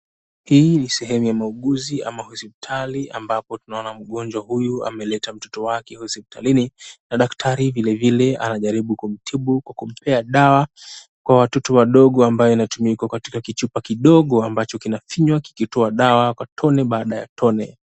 Hii ni sehemu ya mauguzi ama hospitali ambapo tunaona mgonjwa huyu ameleta mtoto wake hospitalini na daktari vilevile anajaribu kumtibu kwa kumpea dawa kwa watoto wadogo ambayo inatumika katika kichupa kidogo ambacho kinafinywa kikitoa dawa tone baada ya tone.